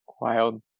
Wild